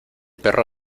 perro